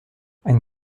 ein